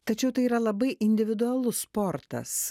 tačiau tai yra labai individualus sportas